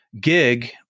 gig